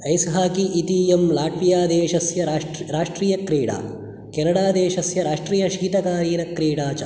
ice hockey इतीयं Latvia देशस्य राष्ट् राष्ट्रियक्रीडा केनडादेशस्य राष्ट्रियशीतकालीनक्रीडा च